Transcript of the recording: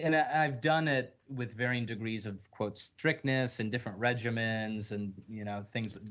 and i've done it with variant degrees of quote strictness and different regiments and, you know, things,